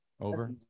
over